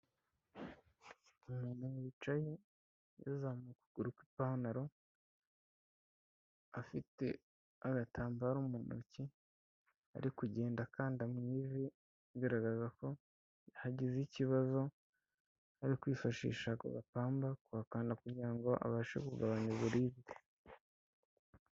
Umuntu wicaye yazamuye ukuguru kw'ipantaro, afite agatambaro mu ntoki, ari kugenda akanda mu ivi, biragaragara ko hagize ikibazo, ari kwifashisha ako gapamba kuhakanda kugira ngo abashe kugabanya uburibwe.